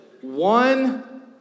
One